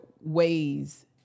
ways